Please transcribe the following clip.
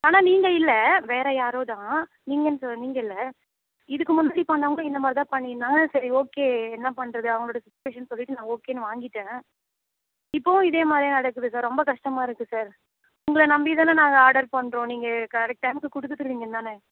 ஆனால் நீங்கள் இல்லை வேறு யாரோதான் நீங்கன்னு சொ நீங்கள் இல்லை இதுக்கு முன்னாடி பண்ணவங்களும் இந்த மாதிரிதான் பண்ணியிருந்தாங்க சரி ஓகே என்ன பண்ணுறது அவங்களுடைய சுச்சிவேஷன்னு சொல்லிவிட்டு நான் ஓகேன்னு வாங்கிட்டேன் இப்போவும் இதே மாதிரி நடக்குது சார் ரொம்ப கஷ்டமாக இருக்கு சார் உங்களை நம்பிதானே நாங்கள் ஆர்டர் பண்ணுறோம் நீங்கள் கரெக்ட் டைம்க்கு கொடுத்துருவிங்கன்னு தானே